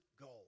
goal